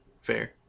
Fair